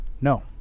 No